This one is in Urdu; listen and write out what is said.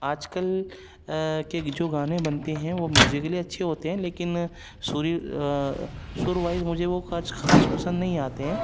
آج کل کے جو گانے بنتے ہیں وہ میوزکلی اچھے ہوتے ہیں لیکن سری سر وائز مجھے وہ کچھ خاص پسند نہیں آتے ہیں